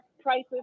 prices